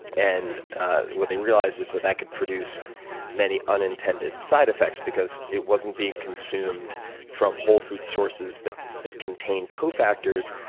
and what they realized is that that could produce many unintended side effects because it wasn't being consumed from whole food sources that that contained cofactors,